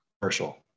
commercial